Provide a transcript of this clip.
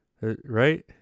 Right